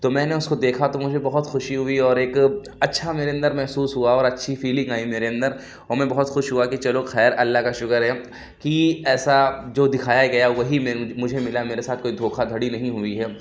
تو میں نے اُس کو دیکھا تو مجھے بہت خوشی ہوئی اور ایک اچھا میرے اندر محسوس ہُوا اور اچھی فیلنگ آئی میرے اندر اور میں بہت خوش ہُوا کہ چلو خیر اللہ کا شُکر ہے کہ ایسا جو دکھایا گیا وہی میں مجھے ملا میرے ساتھ کوئی دھوکہ دھڑی نہیں ہوئی ہے